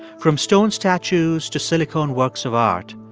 from stone statues to silicone works of art,